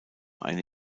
eine